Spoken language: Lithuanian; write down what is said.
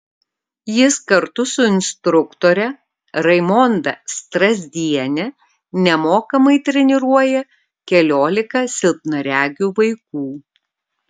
jis kartu su instruktore raimonda strazdiene nemokamai treniruoja keliolika silpnaregių vaikų